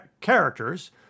characters